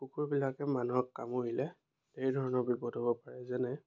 কুকুৰবিলাকে মানুহক কামুৰিলে ধেৰ ধৰণৰ বিপদ হ'ব পাৰে যেনে